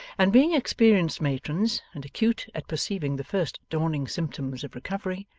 and being experienced matrons, and acute at perceiving the first dawning symptoms of recovery,